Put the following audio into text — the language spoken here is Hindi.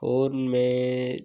फ़ोन में